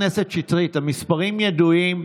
חברת הכנסת שטרית, המספרים ידועים.